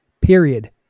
Period